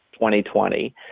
2020